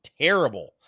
terrible